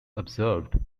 observed